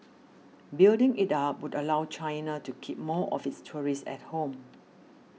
building it up would allow China to keep more of its tourists at home